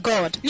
God